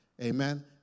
Amen